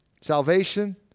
salvation